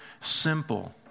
simple